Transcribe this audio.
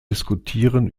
diskutieren